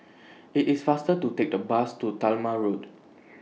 IT IS faster to Take The Bus to Talma Road